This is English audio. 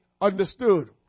understood